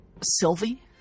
Sylvie